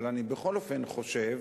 אבל אני בכל אופן חושב